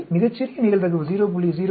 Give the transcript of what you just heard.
எனவே மிகச் சிறிய நிகழ்தகவு 0